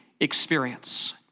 experience